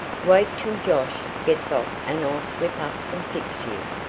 wait till josh gets off and i'll slip up and fix you.